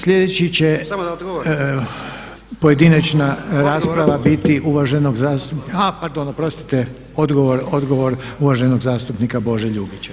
Slijedeći će, pojedinačna rasprava biti uvaženog zastupnika, a pardon oprostite odgovor uvaženog zastupnika Bože Ljubića.